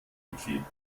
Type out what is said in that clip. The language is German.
geklebt